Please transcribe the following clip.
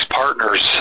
partners